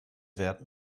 wert